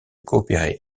coopérer